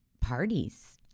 parties